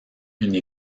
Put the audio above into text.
une